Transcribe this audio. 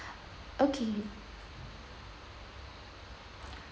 okay